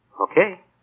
Okay